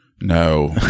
no